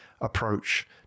approach